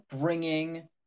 bringing